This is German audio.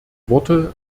worte